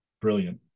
Brilliant